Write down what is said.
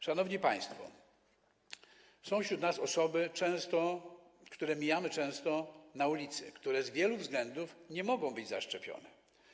Szanowni państwo, są wśród nas osoby, często mijamy je na ulicy, które z wielu względów nie mogą być zaszczepione.